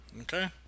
Okay